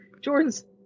jordan's